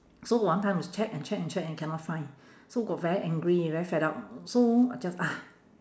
so one time is check and check and check and cannot find so got very angry very fed up so I just